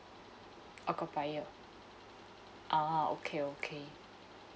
occupier ah okay okay